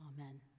Amen